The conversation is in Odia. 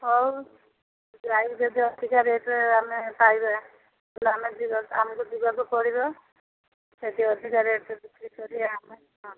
ହଉ ଯାଇକି ଯଦି ଅଧିକା ରେଟ୍ରେ ଆମେ ପାଇବା ତାହେଲେ ଆମେ ଯିବା ଆମକୁ ଯିବାକୁ ପଡ଼ିବ ସେଠି ଅଧିକା ରେଟ୍ରେ ବିକ୍ରି କରି ଆମେ